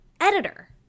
editor